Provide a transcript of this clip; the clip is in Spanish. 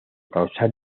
causar